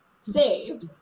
saved